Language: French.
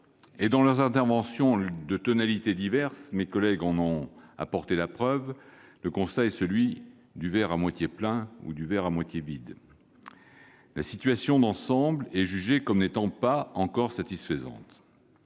dans leurs interventions, de tonalités diverses, les orateurs précédents en ont apporté la preuve -est celui du verre à moitié plein ou du verre à moitié vide. La situation d'ensemble est jugée comme n'étant pas encore satisfaisante.